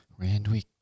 Randwick